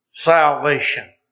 Salvation